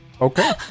Okay